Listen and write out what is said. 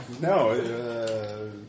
No